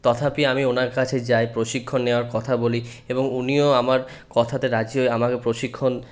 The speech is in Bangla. তথাপি আমি ওনার কাছে যাই প্রশিক্ষণ নেওয়ার কথা বলি এবং উনিও আমার কথাতে রাজি হয়ে আমাকে প্রশিক্ষণ